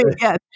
yes